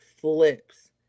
flips